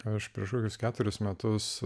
aš prieš kokius keturis metus